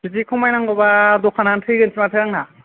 बिदि खमायनांगौबा द'खानानो थैगोनसो माथो आंना